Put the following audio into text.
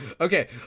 okay